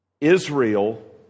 Israel